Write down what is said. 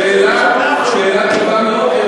שאלה טובה מאוד.